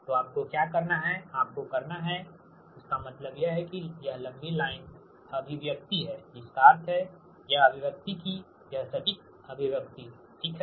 तो आपको क्या करना है आपको करना हैइसका मतलब यह है कि यह लंबी लाइन अभिव्यक्ति हैजिसका अर्थ हैयह अभिव्यक्ति कियह सटीक अभिव्यक्ति ठीक है